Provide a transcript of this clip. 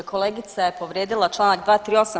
Kolegica je povrijedila Članak 238.